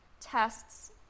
tests